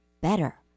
better